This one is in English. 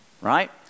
right